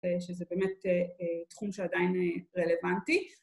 אה, שזה באמת, אה... אה, תחום שעדיין אה, רלוונטי.